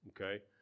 okay